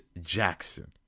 Jackson